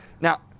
now